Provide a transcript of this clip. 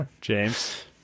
James